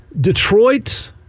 Detroit